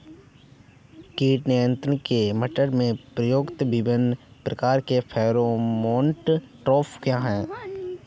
कीट नियंत्रण के लिए मटर में प्रयुक्त विभिन्न प्रकार के फेरोमोन ट्रैप क्या है?